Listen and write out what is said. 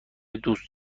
دوست